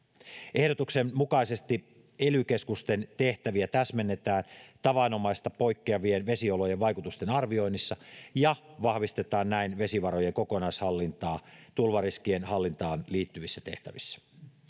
ehdotuksen mukaisesti ely keskusten tehtäviä täsmennetään tavanomaisesta poikkeavien vesiolojen vaikutusten arvioinnissa ja vahvistetaan näin vesivarojen kokonaishallintaa tulvariskien hallintaan liittyvissä tehtävissä